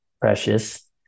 precious